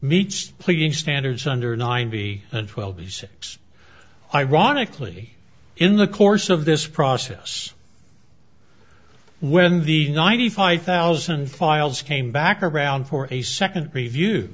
meets pleading standards under ninety and twelve six ironically in the course of this process when the ninety five thousand files came back around for a second review